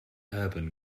urban